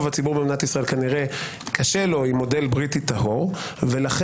הציבור במדינת ישראל כנראה קשה לו עם מודל בריטי טהור ולכן